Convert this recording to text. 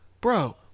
bro